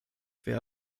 wer